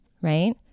right